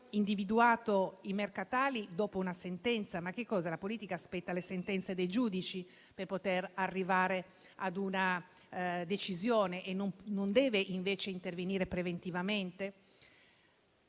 individuato i mercatali dopo una sentenza: la politica aspetta le sentenze dei giudici per poter arrivare a una decisione? Non deve invece intervenire preventivamente?